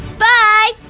Bye